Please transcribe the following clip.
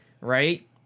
right